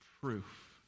proof